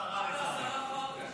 היא לא שרה, ובכן,